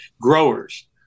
growers